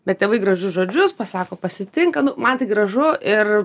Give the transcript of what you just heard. bet tėvai gražius žodžius pasako pasitinka nu man tai gražu ir